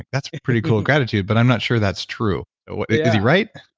that's pretty cool, gratitude, but i'm not sure that's true. is he right?